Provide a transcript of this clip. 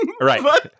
Right